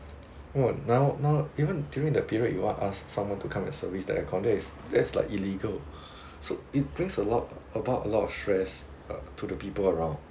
!wah! now now even during the period you want ask someone to come and service the air con that is that is like illegal so it brings a lot about a lot of stress uh to the people around